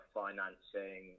financing